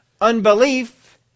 unbelief